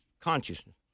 consciousness